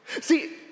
See